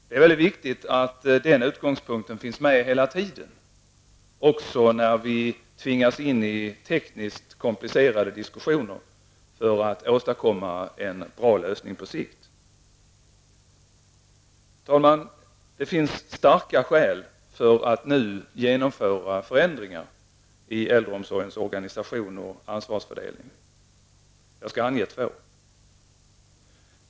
Det är viktigt att den utgångspunkten finns med hela tiden, också när vi tvingas in i tekniskt komplicerade diskussioner för att åstadkomma en bra lösning på sikt. Herr talman! Det finns starka skäl för att nu genomföra förändringar i äldreomsorgens organisation och ansvarsfördelning. Jag skall ange två.